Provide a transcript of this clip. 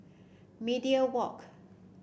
Media Walk